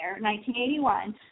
1981